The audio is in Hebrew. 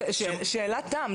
שאלת תם,